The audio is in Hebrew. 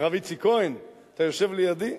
הרב יצחק כהן, אתה יושב לידי.